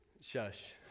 Shush